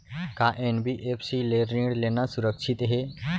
का एन.बी.एफ.सी ले ऋण लेना सुरक्षित हे?